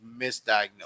misdiagnosed